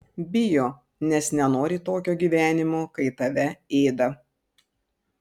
bijo nes nenori tokio gyvenimo kai tave ėda